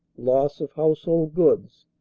loss of household goods,